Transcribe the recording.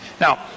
Now